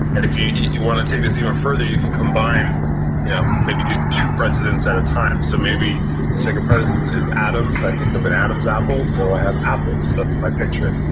if you you want to take this even further, you can combine you know maybe do two presidents at a time. so maybe second president is adams, i think of an adam's apple, so i have apples, that's my picture.